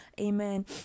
Amen